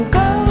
go